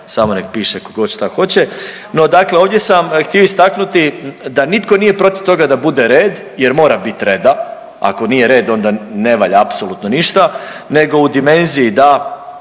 samo nek piše kogod šta hoće. No dakle, ovdje sam htio istaknuti da nitko nije protiv toga da nitko nije protiv toga da bude red jer mora bit reda, ako nije red onda ne valja apsolutno ništa nego u dimenziji da